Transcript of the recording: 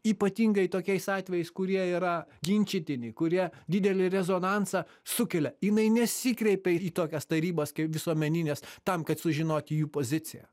ypatingai tokiais atvejais kurie yra ginčytini kurie didelį rezonansą sukelia jinai nesikreipia į tokias tarybas kaip visuomenines tam kad sužinoti jų poziciją